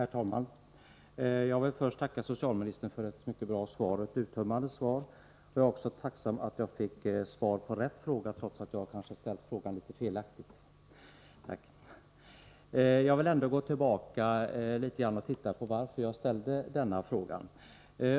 Herr talman! Jag tackar socialministern för ett mycket bra och uttömmande svar. Jag är också tacksam för att jag fick svar på rätt fråga, trots att jag kanske har formulerat frågan litet felaktigt. Jag vill gå tillbaka något och förklara varför jag har ställt min fråga.